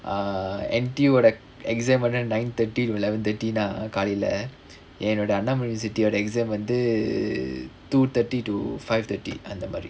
ah N_T_U ஓட:oda exam nine thirty to eleven thirty காலைல என்னோட அண்ணாமலை:kaaliala ennoda annamalai university ஓட:oda exam வந்து:vanthu two thirty to five thirty அந்தமாரி:anthamaari